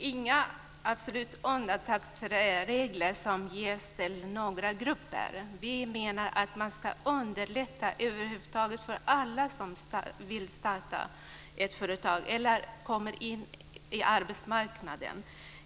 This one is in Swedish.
Herr talman! Inga undantagsregler ska ges till några grupper. Vi menar att man ska underlätta för över huvud taget alla som vill starta ett företag eller att komma in på arbetsmarknaden.